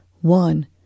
one